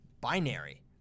binary